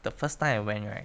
the first time I went right